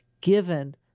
given